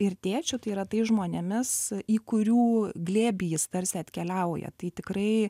ir tėčiu tai yra tais žmonėmis į kurių glėbį jis tarsi atkeliauja tai tikrai